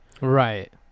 Right